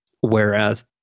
whereas